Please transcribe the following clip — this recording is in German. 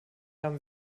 haben